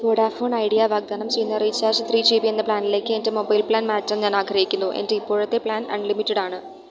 Vodafone Idea വാഗ്ദാനം ചെയ്യുന്ന recharge three G B എന്ന പ്ലാനിലേക്ക് എൻ്റെ മൊബൈൽ പ്ലാൻ മാറ്റാൻ ഞാൻ ആഗ്രഹിക്കുന്നു എൻ്റെ ഇപ്പോഴത്തെ പ്ലാൻ അൺലിമിറ്റഡ് ആണ്